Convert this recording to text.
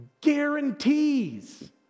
Guarantees